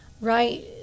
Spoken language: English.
right